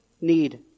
need